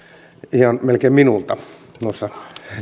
ihan melkein minulta noissa